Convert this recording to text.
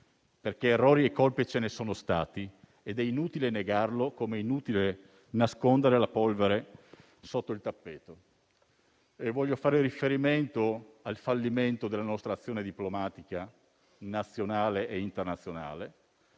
colpe. Errori e colpe, infatti, ce ne sono stati ed è inutile negarlo, come è inutile nascondere la polvere sotto il tappeto. Voglio fare riferimento al fallimento della nostra azione diplomatica nazionale e internazionale,